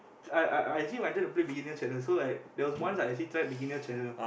I I I actually wanted to play beginner channel so I there was once I actually tried beginner channel